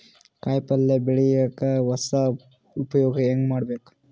ಕಾಯಿ ಪಲ್ಯ ಬೆಳಿಯಕ ಹೊಸ ಉಪಯೊಗ ಹೆಂಗ ಮಾಡಬೇಕು?